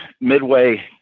Midway